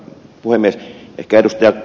ehkä ed